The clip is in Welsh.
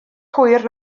hwyr